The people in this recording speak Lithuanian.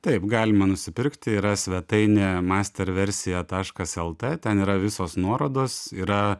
taip galima nusipirkti yra svetainė master versija taškas lt ten yra visos nuorodos yra